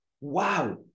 wow